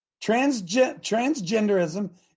Transgenderism